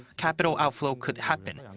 capital outflow could happen,